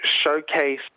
showcase